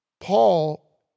Paul